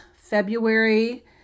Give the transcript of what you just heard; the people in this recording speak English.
February